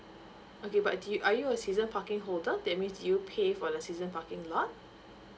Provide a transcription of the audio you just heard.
okay but do are you a season parking holder that means you pay for the season parking lot